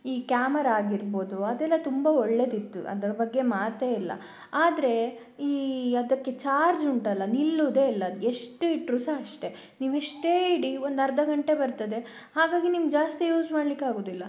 ಈ ಕ್ಯಾಮರ ಆಗಿರ್ಬೋದು ಅದೆಲ್ಲ ತುಂಬ ಒಳ್ಳೆಯದಿತ್ತು ಅದರ ಬಗ್ಗೆ ಮಾತೇ ಇಲ್ಲ ಆದರೆ ಈ ಅದಕ್ಕೆ ಚಾರ್ಜ್ ಉಂಟಲ್ಲ ನಿಲ್ಲುವುದೇ ಇಲ್ಲ ಅದು ಎಷ್ಟು ಇಟ್ಟರೂ ಸಹ ಅಷ್ಟೆ ನೀವೆಷ್ಟೇ ಇಡಿ ಒಂದರ್ಧ ಗಂಟೆ ಬರ್ತದೆ ಹಾಗಾಗಿ ನಿಮಗೆ ಜಾಸ್ತಿ ಯೂಸ್ ಮಾಡ್ಲಿಕ್ಕೆ ಆಗುವುದಿಲ್ಲ